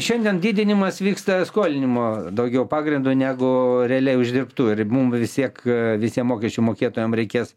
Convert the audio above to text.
šiandien didinimas vyksta skolinimo daugiau pagrindu negu realiai uždirbtu ir mum vis tiek visiem mokesčių mokėtojam reikės